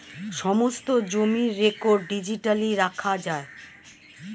সমস্ত জমির record digitally রাখা যায়